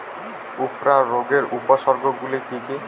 উফরা রোগের উপসর্গগুলি কি কি?